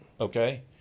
Okay